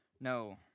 No